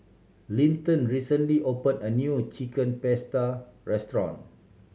Linton recently opened a new Chicken Pasta restaurant